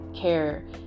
care